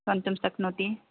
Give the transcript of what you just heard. गन्तुं शक्नोति